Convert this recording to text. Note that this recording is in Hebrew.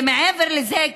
זה מעבר לזה,